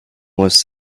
was